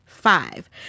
five